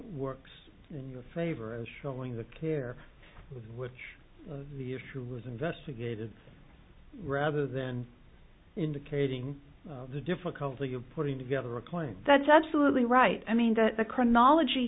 works in your favor showing the care which the issue was investigated rather than indicating the difficulty you're putting together a claim that's absolutely right i mean the chronology